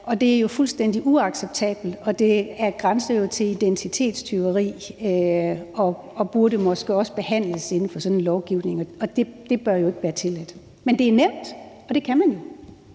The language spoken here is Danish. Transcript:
Det er jo fuldstændig uacceptabelt, og det grænser jo til identitetstyveri og burde måske også behandles inden for den lovgivning. Det bør jo ikke være tilladt. Men det er nemt, og man kan jo